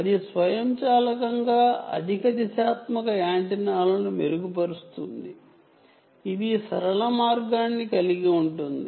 అధిక దిశాత్మక యాంటెన్నాలను ఇది సరళ మార్గాన్ని కలిగి ఉంటుంది